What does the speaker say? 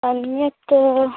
अन्यत्